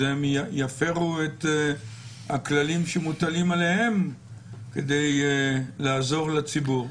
הם יפרו את הכללים שמוטלים עליהם כדי לעזור לציבור.